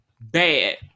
Bad